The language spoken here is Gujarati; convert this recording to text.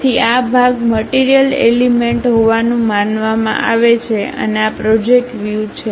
તેથી આ ભાગ મટીરીયલએલિમેન્ટ હોવાનું માનવામાં આવે છે અને આ પ્રોજેક્ટડ વ્યુ છે